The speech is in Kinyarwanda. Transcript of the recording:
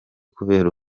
kubera